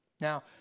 Now